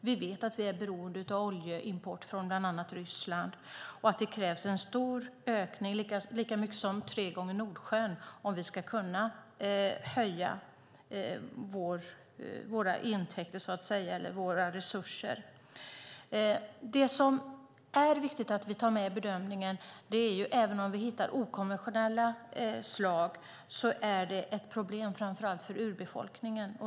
Vi vet att vi är beroende av oljeimport från bland annat Ryssland och att det krävs en stor ökning, lika mycket som tre gånger Nordsjön, om vi ska kunna höja våra intäkter eller öka våra resurser. Det som är viktigt att vi tar med i bedömningen är att även om vi hittar okonventionella energislag är det ett problem framför allt för urbefolkningen.